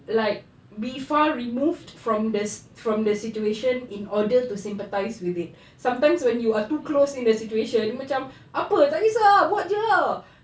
like be far removed from the from the situation in order to sympathize with it sometimes when you are too close in the situation dia macam apa tak kisah ah buat jer ah